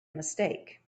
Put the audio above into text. mistake